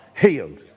healed